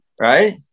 right